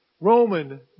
Roman